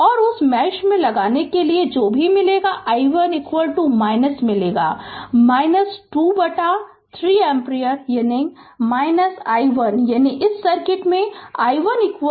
Refer Slide Time 1336 और उस mesh में लगाने से कि जो भी मिलेगा i1 मिलेगा 2 बटा 3 एम्पीयर यानी i1 यानी इस सर्किट में i1 2 बटा 3